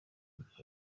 hop